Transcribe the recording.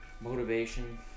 Motivation